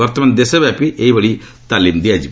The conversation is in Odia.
ବର୍ତ୍ତମାନ ଦେଶବ୍ୟାପୀ ଏହିଭଳି ତାଲିମ୍ ଦିଆଯିବ